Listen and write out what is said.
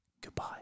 Goodbye